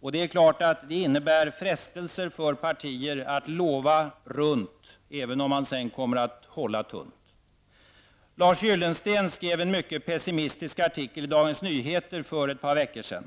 Det är självklart att det innebär frestelser för partier att lova runt även om de sedan kommer att hålla tunt. Lars Gyllensten skrev en mycket pessimistisk artikel i Dagens Nyheter för ett par veckor sedan.